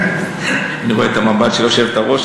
אני רואה את המבט של היושבת-ראש,